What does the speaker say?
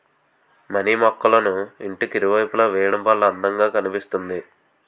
money మొక్కళ్ళను ఇంటికి ఇరువైపులా వేయడం వల్ల అందం గా కనిపిస్తుంది